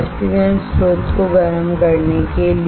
वाष्पीकरण स्रोत को गर्म करने के लिए